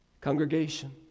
Congregation